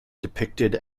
depicted